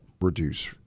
reduce